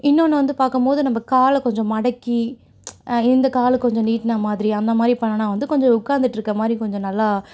இன்னொன்று வந்து பார்க்கும்போது நம்ம காலை கொஞ்சம் மடக்கி இந்த கால் கொஞ்சம் நீட்டினாமாதிரி அந்தமாதிரி பண்ணுனால் வந்து கொஞ்சம் உட்காந்துட்ருக்க மாதிரி கொஞ்சம் நல்லா